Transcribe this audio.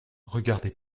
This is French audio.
regardez